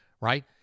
right